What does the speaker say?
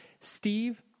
Steve